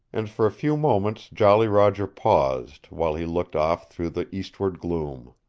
and for a few moments jolly roger paused, while he looked off through the eastward gloom.